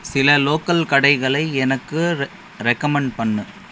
சில லோக்கல் கடைகளை எனக்கு ரெ ரெகமன்ட் பண்ணு